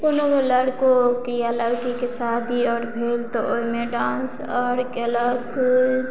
कोनो लड़को या लड़की शके शादी आर भेल तऽ ओहिमे डांस आओर केलक